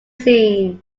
seen